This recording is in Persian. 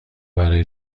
برای